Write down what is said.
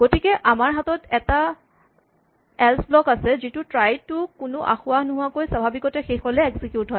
গতিকে আমাৰ হাতত এটা এল্চ ব্লক আছে যিটো ট্ৰাই টো কোনো আসোঁৱাহ নোহোৱাকৈ স্বাভাৱিকভাৱে শেষ হ'লে এক্সিকিউট হয়